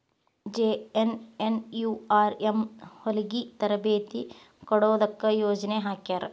JNNURM ಹೊಲಗಿ ತರಬೇತಿ ಕೊಡೊದಕ್ಕ ಯೊಜನೆ ಹಾಕ್ಯಾರ